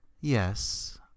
Yes